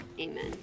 amen